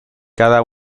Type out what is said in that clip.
cada